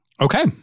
Okay